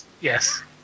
Yes